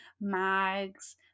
mags